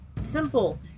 simple